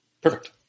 Perfect